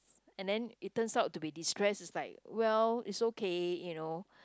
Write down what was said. and then it turns out to be destress it's like well it's okay you know